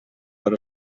per